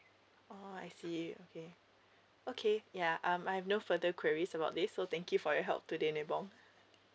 oh I see okay okay ya um I have no further queries about this so thank you for your help today nebong